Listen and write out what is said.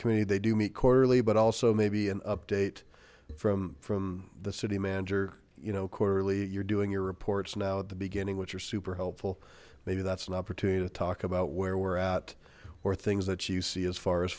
community they do meet quarterly but also maybe an update from from the city manager you know quarterly you're doing your reports now at the beginning which are super helpful maybe that's an opportunity to talk about where we're at or things that you see as far as